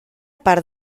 part